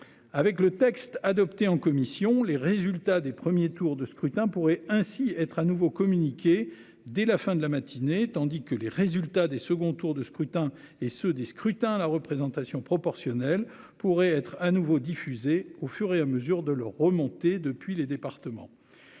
Avec le texte adopté en commission. Les résultats des premiers tours de scrutin pourrait ainsi être à nouveau communiqué dès la fin de la matinée, tandis que les résultats des seconds tours de scrutin et ceux des scrutins la représentation proportionnelle pourrait être à nouveau diffusé au fur et à mesure de leur remonter depuis les départements.--